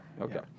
Okay